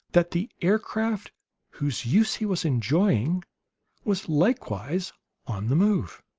that the aircraft whose use he was enjoying was likewise on the move.